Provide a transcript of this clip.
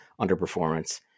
underperformance